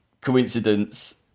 coincidence